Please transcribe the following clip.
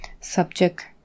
subject